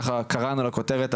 ככה קראנו לכותרת,